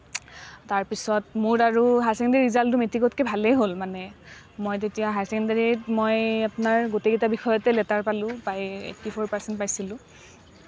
তাৰপিছত মোৰ আৰু হায়াৰ ছেকেণ্ডেৰী ৰিজাল্টটো মেট্ৰিকতকৈ ভালেই হ'ল মানে মই তেতিয়া হায়াৰ ছেকেণ্ডেৰীত মই আপোনাৰ গোটেইকেইটা বিষয়তে লেটাৰ পালোঁ পাই এইটটি ফ'ৰ পাৰ্চেণ্ট পাইছিলোঁ